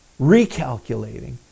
recalculating